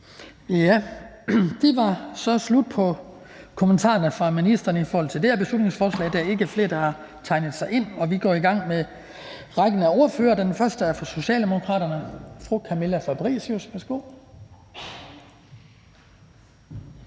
Det var så slut på kommentarerne til ministeren i forhold til det her beslutningsforslag. Der er ikke flere, der har tegnet sig ind, så vi går i gang med rækken af ordførere. Den første er fra Socialdemokraterne. Fru Camilla Fabricius, værsgo.